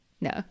No